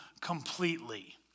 completely